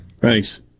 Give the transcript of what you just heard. Thanks